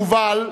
יובל,